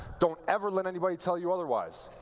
don't ever let anyone tell you otherwise.